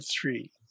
three